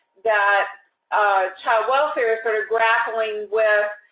yeah child welfare is sort of grappling with,